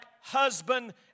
husband